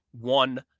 one